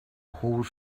whole